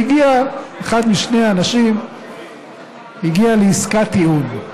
והגיע אחד משני האנשים הגיע לעסקת טיעון.